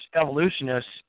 evolutionists